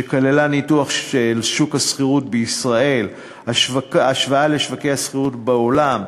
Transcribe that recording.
שכללה ניתוח של שוק השכירות בישראל והשוואה לשוקי שכירות בעולם.